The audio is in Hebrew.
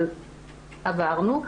אבל עברנו,